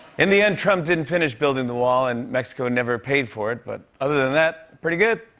in the end, trump didn't finish building the wall, and mexico never paid for it, but other than that, pretty good.